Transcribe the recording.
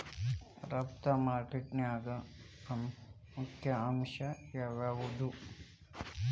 ರಫ್ತು ಮಾರ್ಕೆಟಿಂಗ್ನ್ಯಾಗ ಪ್ರಮುಖ ಅಂಶ ಯಾವ್ಯಾವ್ದು?